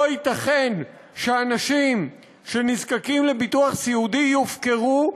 לא ייתכן שאנשים שנזקקים לביטוח סיעודי יופקרו,